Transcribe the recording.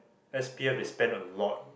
S_P_F they spend a lot